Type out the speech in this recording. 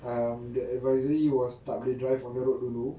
um the advisory was tak boleh drive on the road dulu